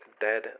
Dead